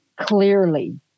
clearly